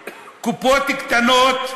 קופות קטנות,